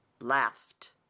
laughed